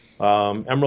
Emerald